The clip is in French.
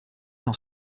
dans